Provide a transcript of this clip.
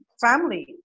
family